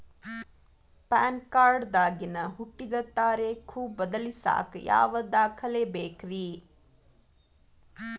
PAN card ದಾಗಿನ ಹುಟ್ಟಿದ ತಾರೇಖು ಬದಲಿಸಾಕ್ ಯಾವ ದಾಖಲೆ ಬೇಕ್ರಿ?